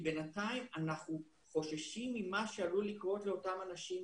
בינתיים אנחנו חוששים ממה שעלול לקרות לאותם אנשים.